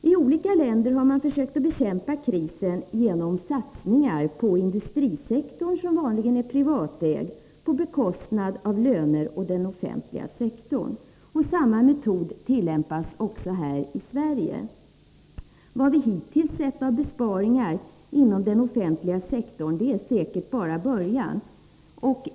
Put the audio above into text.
I olika länder har man försökt bekämpa krisen genom satsningar på industrisektorn, som vanligen är privatägd, på bekostnad av löner och den offentliga sektorn. Samma metod tillämpas också i Sverige. Vad vi hittills sett av besparingar inom den offentliga sektorn är säkert bara början.